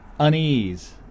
unease